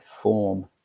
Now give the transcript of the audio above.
form